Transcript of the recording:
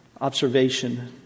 observation